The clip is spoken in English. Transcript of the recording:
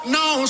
no